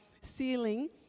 ceiling